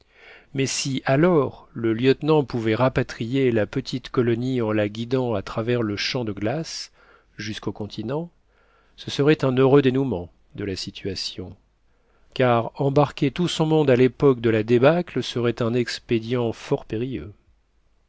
mais si alors le lieutenant pouvait rapatrier la petite colonie en la guidant à travers le champ de glace jusqu'au continent ce serait un heureux dénouement de la situation car embarquer tout son monde à l'époque de la débâcle serait un expédient fort périlleux